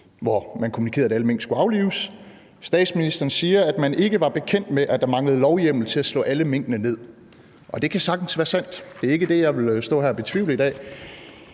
hvor man kommunikerede, at alle mink skulle aflives. Statsministeren siger, at man ikke var bekendt med, at der manglede lovhjemmel til at slå alle minkene ned, og det kan sagtens være sandt – det er ikke det, jeg vil stå her og betvivle i dag.